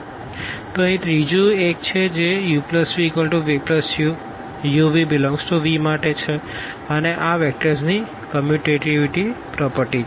તો અહીં ત્રીજું એક છે જે uvvu uv∈V માટે છે અને આ આ વેક્ટર્સની કમ્મ્યુંતેટીવીટી પ્રોપરટી છે